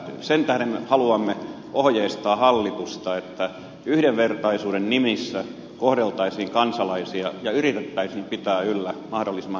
sen tähden haluamme ohjeistaa hallitusta että yhdenvertaisuuden nimissä kohdeltaisiin kansalaisia ja yritettäisiin pitää yllä mahdollisimman hyvää kotimarkkinaa